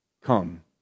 come